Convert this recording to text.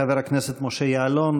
חבר הכנסת משה יעלון,